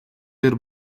дээр